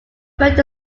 felt